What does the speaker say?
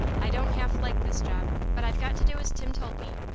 i don't half like this job, but i've got to do as tim told me.